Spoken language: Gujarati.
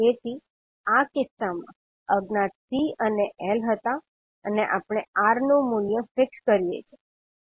તેથી આ કિસ્સામાં અજ્ઞાત C અને L હતા અને આપણે R નું મૂલ્ય ફિક્સ કરીએ છીએ